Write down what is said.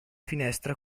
finestra